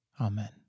Amen